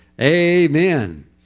Amen